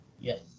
Yes